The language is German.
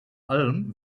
allem